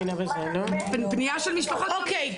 אוקי,